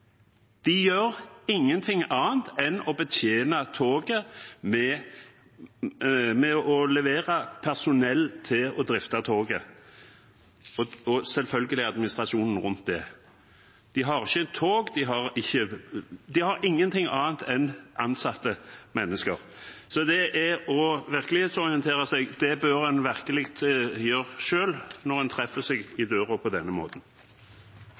De gjør ingenting annet enn å levere personell til å drifte og betjene toget, og selvfølgelig administrasjonen rundt det. De har ikke tog, de har ingenting annet enn ansatte mennesker. Så når det gjelder virkelighetsorientering, bør man virkelig gjøre det når man møter seg selv i døra på denne måten.